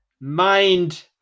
mind